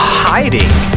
hiding